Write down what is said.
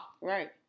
Right